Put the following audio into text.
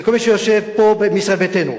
וכל מי שיושב פה מישראל ביתנו,